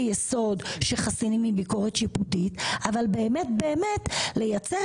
יסוד שחסינים מביקורת שיפוטית אבל באמת באמת לייצר